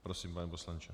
Prosím, pane poslanče.